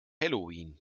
halloween